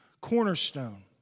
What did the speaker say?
cornerstone